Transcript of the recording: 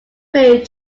played